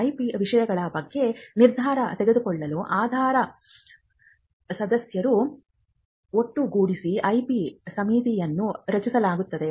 IP ವಿಷಯಗಳ ಬಗ್ಗೆ ನಿರ್ಧಾರ ತೆಗೆದುಕೊಳ್ಳಲು ಅಧ್ಯಾಪಕ ಸದಸ್ಯರು ಒಟ್ಟುಗೂಡಿಸಿ IP ಸಮಿತಿಯನ್ನು ರಚಿಸಲಾಗುವುದು